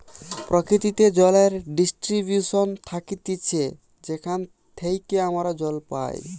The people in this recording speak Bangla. প্রকৃতিতে জলের ডিস্ট্রিবিউশন থাকতিছে যেখান থেইকে আমরা জল পাই